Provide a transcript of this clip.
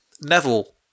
Neville